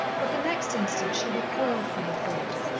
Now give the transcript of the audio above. but the next instant she recoiled from the thought,